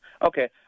okay